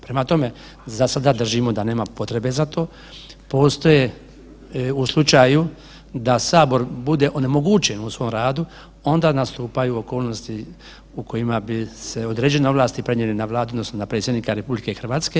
Prema tome, za sada držimo da nema potrebe za to, postoje, u slučaju da sabor bude onemogućen u svom radu onda nastupaju okolnosti u kojima bi se određene ovlasti prenijele na Vladu odnosno na predsjednika RH.